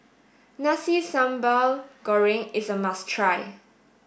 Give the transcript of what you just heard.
Nasi Sambal Goreng is a must try